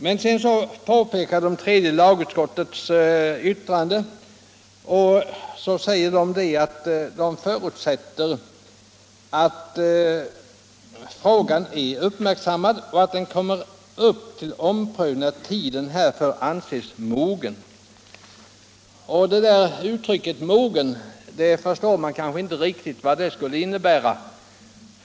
Men sedan pekade jordbruksutskottet på tredje lagutskottets yttrande och anförde, att utskottet ansåg det kunna förutsättas att frågan är uppmärksammad och att den kommer att tas upp till omprövning när tiden härför anses mogen. Jag förstår inte riktigt vad uttrycket ”mogen” skulle innebära.